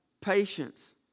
Patience